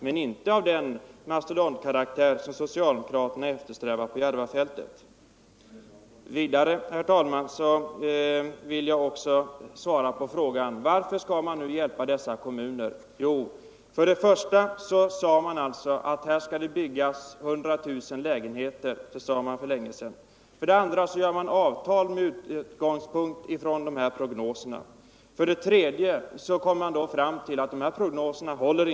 Men vi vill inte bygga någonting av den mastodontkaraktär som socialdemokraterna eftersträvar på Järvafältet. Sedan vill jag också svara på frågan: Varför skall man nu hjälpa dessa kommuner? Jo, för det första sade man för länge sedan att här skall byggas för 100 000 människor. För det andra har man träffat avtal med utgångspunkt från de prognoserna. För det tredje kom man fram till att de prognoserna inte håller.